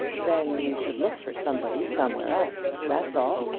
then you should look for somebody somewhere else. that's all.